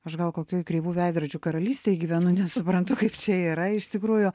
aš gal kokioj kreivų veidrodžių karalystėj gyvenu nesuprantu kaip čia yra iš tikrųjų